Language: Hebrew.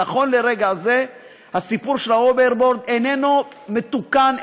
נכון לרגע הזה הסיפור של ההוברבורד איננו מתוקן,